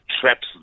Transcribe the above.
traps